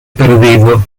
perdido